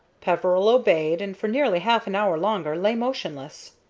peveril obeyed, and for nearly half an hour longer lay motionless.